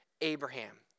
Abraham